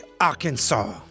Arkansas